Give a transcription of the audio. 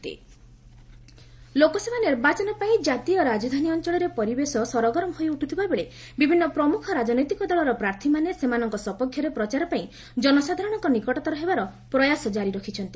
Delhi poll Lok Sabha ନିର୍ବାଚନ ପାଇଁ କାତୀୟ ରାଜଧାନୀ ଅଞ୍ଚଳରେ ପରିବେଶ ସରଗରମ ହୋଇ ଉଠୁଥିବା ବେଳେ ବିଭିନ୍ନ ପ୍ରମୁଖ ରାଜନୈତିକ ଦଳର ପ୍ରାର୍ଥୀମାନେ ସେମାନଙ୍କ ସପକ୍ଷରେ ପ୍ରଚାର ପାଇଁ ଜନସାଧାରଣଙ୍କ ନିକଟତର ହେବାର ପ୍ରୟାସ କାରି ରଖିଛନ୍ତି